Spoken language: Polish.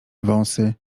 wąsy